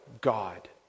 God